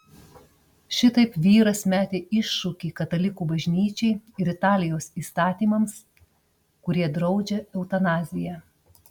šitaip vyras metė iššūkį katalikų bažnyčiai ir italijos įstatymams kurie draudžia eutanaziją